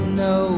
no